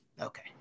okay